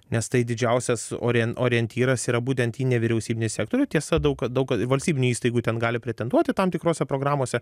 nes tai didžiausias orien orientyras yra būtent į nevyriausybinį sektorių tiesa daug daug valstybinių įstaigų ten gali pretenduoti tam tikrose programose